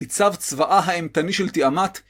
ניצב צבאה האימתני של תיאמת